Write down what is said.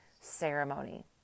ceremony